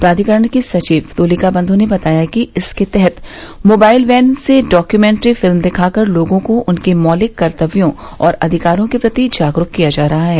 प्राधिकरण की सचिव तुलिका बंद्र ने बताया कि इसके तहत मोबाइल वैन से डाक्यूमेन्ट्री फिल्म दिखाकर लोगों को उनके मौलिक कर्तव्यों और अधिकारों के प्रति जागरूक किया जा रहा है